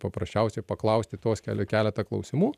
paprasčiausiai paklausti tuos kele keletą klausimų